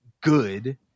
good